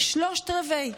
שלושה רבעים,